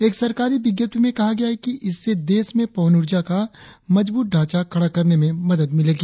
एक सरकारी विज्ञप्ति में कहा गया है कि इससे देश में पवन ऊर्जा का मजबूत ढांचा खड़ा करने में मदद मिलेगी